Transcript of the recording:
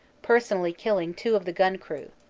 personally killing two of the gun crew.